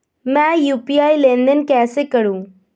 मैं यू.पी.आई लेनदेन कैसे करूँ?